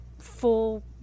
full